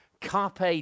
Carpe